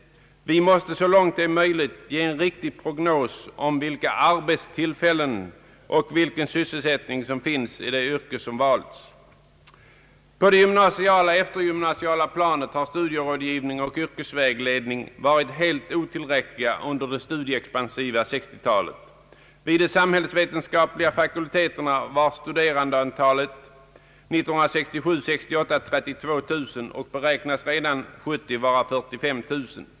Vi måste, så långt det är möjligt, ge en riktig prognos om vilka arbetstillfällen och vilken sysselsättning som finns i det yrke som valts. På det gymnasiala och eftergymnasiala planet har studierådgivning och yrkesvägledning varit helt otillräckliga under det studieexpansiva 1960-talet. Vid de samhällsvetenskapliga fakulteterna var antalet studerande 1967/68 38000 och beräknas redan 1970 vara 45 000.